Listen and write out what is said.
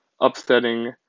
upsetting